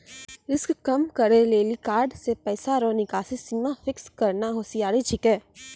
risk कम करै लेली कार्ड से पैसा रो निकासी सीमा फिक्स करना होसियारि छिकै